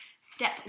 step